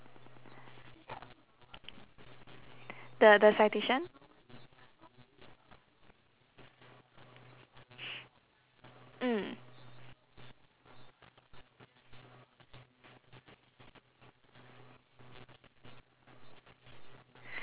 the the citation mm